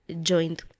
joined